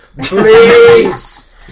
Please